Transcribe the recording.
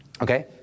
Okay